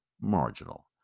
marginal